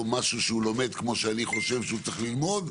או ילד שלומד כמו שאני חושב שהוא צריך ללמוד,